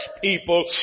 people